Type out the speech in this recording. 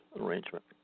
arrangement